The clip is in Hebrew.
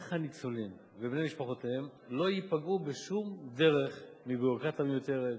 איך הניצולים ובני משפחותיהם לא ייפגעו בשום דרך מביורוקרטיה מיותרת,